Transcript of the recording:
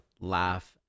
laugh